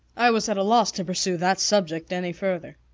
i was at a loss to pursue that subject any further.